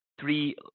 three